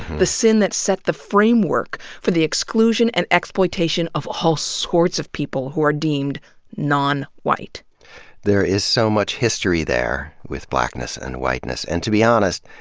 the sin that set the framework for the exclusion and explo itation of all sorts of people who are deemed non-white. there is so much history there with blackness and whiteness. and, to be honest,